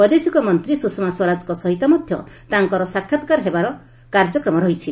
ବୈଦେଶିକ ମନ୍ତ୍ରୀ ସୁଷମା ସ୍ୱରାଜଙ୍କ ସହିତ ମଧ୍ୟ ତାଙ୍କର ସାକ୍ଷାତ୍କାର୍ ହେବାର କାର୍ଯ୍ୟକ୍ରମ ରହିଛି